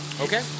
Okay